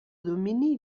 domini